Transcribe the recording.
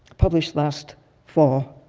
published last fall,